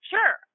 Sure